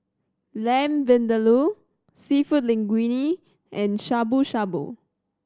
Lamb Vindaloo Seafood Linguine and Shabu Shabu